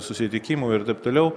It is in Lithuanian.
susitikimo ir taip toliau